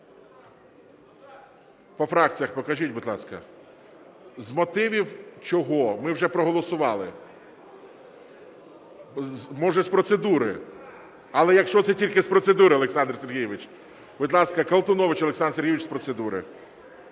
По фракціях покажіть, будь ласка. З мотивів чого? Ми вже проголосували. Може, з процедури? Але якщо це тільки з процедури, Олександр Сергійович. Будь ласка, Колтунович Олександр Сергійович з процедури.